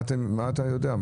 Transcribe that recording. מה אתה יודע?